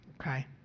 okay